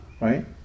right